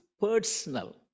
personal